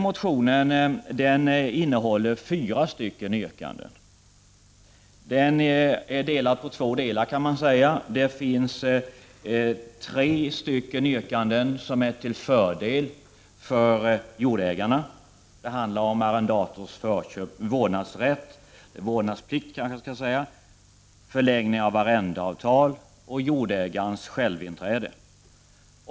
Motionen innehåller fyra yrkanden, och den är uppdelad i två delar. Tre yrkanden är till fördel för jordägarna. Det handlar om arrendatorns vårdnadsplikt, förlängning av arrendeavtal och jordägarens självinträde.